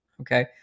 Okay